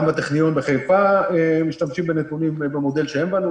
גם בטכניון בחיפה משתמשים במודל שהם בנו.